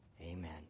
Amen